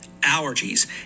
Allergies